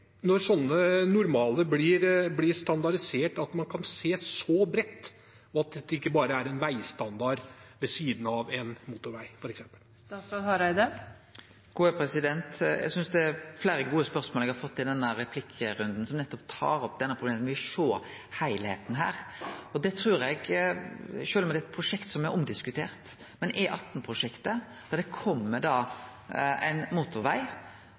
når slike normaler blir standardisert, at man kan se så bredt, og at dette ikke bare er en veistandard ved siden av f.eks. en motorvei? Eg synest eg har fått fleire gode spørsmål i denne replikkrunden, som nettopp tar opp dette med å sjå heilskapen. Sjølv om E18-prosjektet er omdiskutert, eit prosjekt der det kjem ein motorveg, ser me der nettopp sykkel- og gangveg i den heilskapen, og det